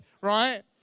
right